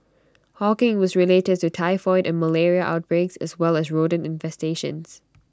hawking was related to typhoid and malaria outbreaks as well as rodent infestations